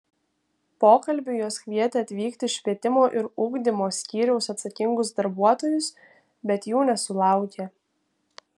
pokalbiui jos kvietė atvykti švietimo ir ugdymo skyriaus atsakingus darbuotojus bet jų nesulaukė